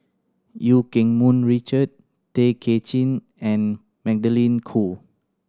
Eu Keng Mun Richard Tay Kay Chin and Magdalene Khoo